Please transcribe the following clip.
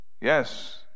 Yes